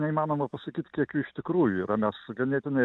neįmanoma pasakyt kiek jų iš tikrųjų yra mes ganėtinai